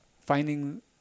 finding